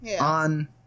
on